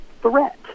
threat